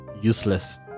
Useless